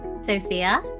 Sophia